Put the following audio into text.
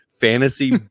fantasy